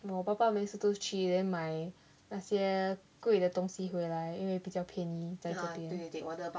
我爸爸每次都去 then 买那些贵的东西回来因为比较便宜在这边